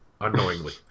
unknowingly